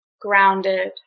grounded